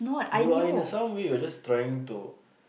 you are in a some way you are just trying to